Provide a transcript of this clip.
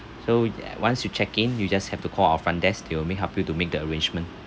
so once you check in you just have to call our front desk to make help you to make the arrangement